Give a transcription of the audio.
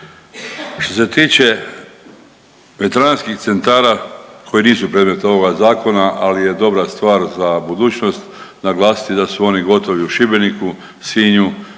Što se tiče veteranskih centara koji nisu predmet ovoga zakona, ali je dobra stvar za budućnost naglasiti da su oni gotovi u Šibeniku, Sinju,